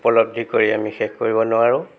উপলব্ধি কৰি আমি শেষ কৰিব নোৱাৰোঁ